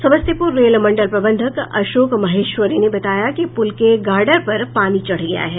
समस्तीपुर रेल मंडल प्रबंधक अशोक माहेश्वरी ने बताया कि पुल के गार्डर पर पानी चढ़ गया है